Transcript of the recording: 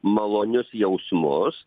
malonius jausmus